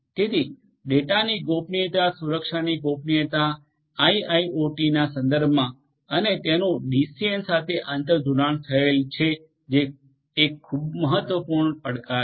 તેથી ડેટાની ગોપનીયતા સુરક્ષાની ગોપનીયતા આઈઆઈઓટીના સંદર્ભમાં અને તેનુ ડીસીએન સાથે આંતરજોડાણ થયેલ છે જે એક મહત્વપૂર્ણ પડકાર છે